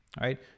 right